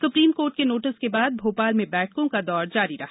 supreme court के notice के बाद भोपाल में बैठकों का दौर जारी रहा